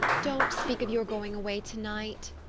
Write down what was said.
don't speak of your going away tonight,